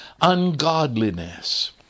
ungodliness